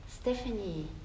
Stephanie